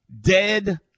dead